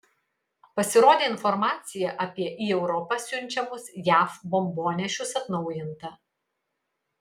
pasirodė informacija apie į europą siunčiamus jav bombonešius atnaujinta